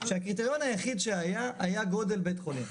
שהקריטריון היחיד שהיה היה גודל בית החולים,